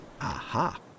Aha